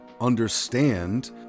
understand